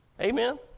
Amen